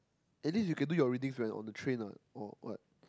at least you can do your reading when on the train or what